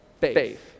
Faith